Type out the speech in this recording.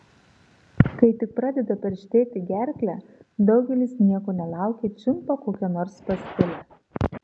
kai tik pradeda perštėti gerklę daugelis nieko nelaukę čiumpa kokią nors pastilę